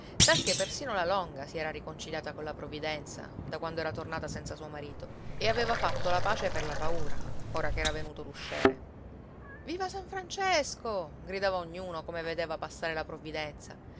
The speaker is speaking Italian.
talché persino la longa si era riconciliata colla provvidenza da quando era tornata senza suo marito e aveva fatto la pace per la paura ora che era venuto l'usciere viva san francesco gridava ognuno come vedeva passare la provvidenza